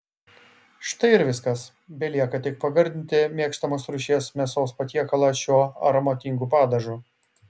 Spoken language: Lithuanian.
štai ir viskas belieka tik pagardinti mėgstamos rūšies mėsos patiekalą šiuo aromatingu padažu